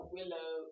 Willow